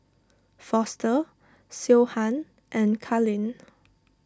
Foster Siobhan and Karlene